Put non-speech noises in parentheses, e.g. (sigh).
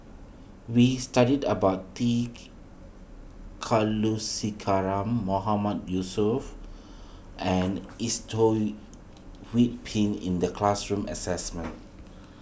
we studied about T (unintelligible) Kulasekaram Mahmood Yusof and (unintelligible) Hui Pin in the classroom assignment